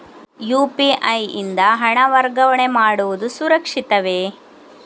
UPI ಯಿಂದ ಹಣ ವರ್ಗಾವಣೆ ಮಾಡುವುದು ಸುರಕ್ಷಿತವೇ?